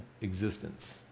existence